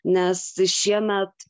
nes šiemet